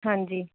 ਹਾਂਜੀ